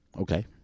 okay